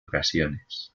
ocasiones